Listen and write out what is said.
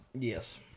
Yes